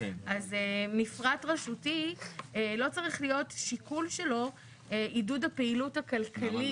אז מפרט רשותי לא צריך להיות שיקול שלו עידוד הפעילות הכלכלית.